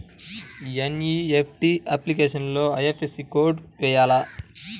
NEFT అప్లికేషన్లో IFSC code వేయాలా?